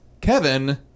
Kevin